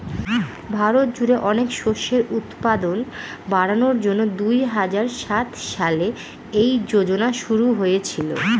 ভারত জুড়ে অনেক শস্যের উৎপাদন বাড়ানোর জন্যে দুই হাজার সাত সালে এই যোজনা শুরু হয়েছিল